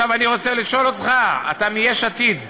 עכשיו, אני רוצה לשאול אותך: אתה מיש עתיד.